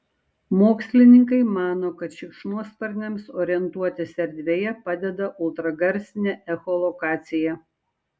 mokslininkai mano kad šikšnosparniams orientuotis erdvėje padeda ultragarsinė echolokacija